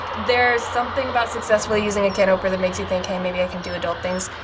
there's something about successfully using a can opener that makes me think hey, maybe i can do adult things.